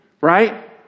Right